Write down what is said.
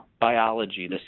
biology